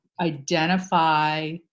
identify